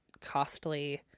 costly